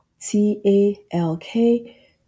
T-A-L-K